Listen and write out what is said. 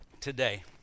Today